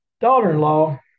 daughter-in-law